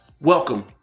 Welcome